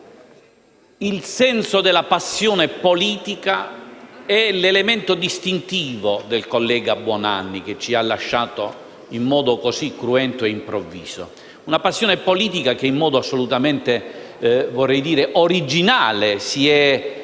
Il senso della passione politica era l'elemento distintivo del collega Buonanno, che ci ha lasciato in modo così cruento e improvviso. Una passione politica che, in modo assolutamente originale, si è espressa